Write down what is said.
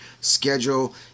schedule